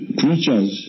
creatures